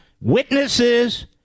witnesses